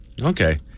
Okay